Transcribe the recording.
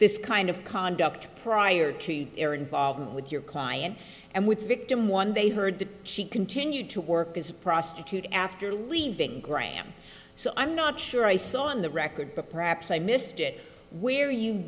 this kind of conduct prior to their involvement with your client and with victim one they heard that she continued to work as a prostitute after leaving graham so i'm not sure i saw on the record but perhaps i missed it where you